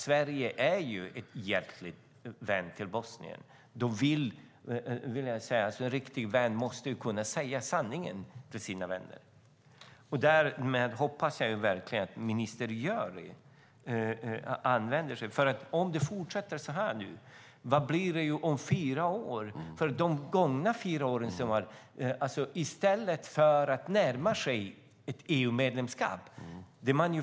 Sverige är en hjärtlig vän till Bosnien, och en riktig vän måste kunna säga sanningen till sina vänner. Jag hoppas verkligen att ministern gör det. Om det fortsätter så här, hur blir det då om fyra år? De gångna fyra åren har man gått bakåt i stället för att närma sig ett EU-medlemskap.